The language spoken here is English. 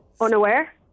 Unaware